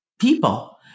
people